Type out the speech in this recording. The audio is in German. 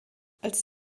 als